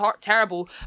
terrible